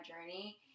journey